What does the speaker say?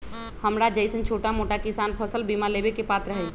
हमरा जैईसन छोटा मोटा किसान फसल बीमा लेबे के पात्र हई?